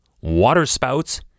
waterspouts